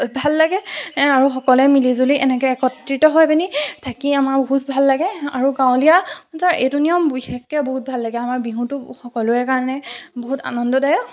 ভাল লাগে আৰু সকলোৱে মিলিজুলি এনেকৈ একত্ৰিত হৈ পিনি থাকি আমাৰ বহুত ভাল লাগে আৰু গাঁৱলীয়া এইটো নিয়ম বিশেষকৈ বহুত ভাল লাগে আমাৰ বিহুটো সকলোৰে কাৰণে বহুত আনন্দদায়ক